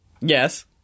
Yes